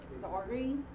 sorry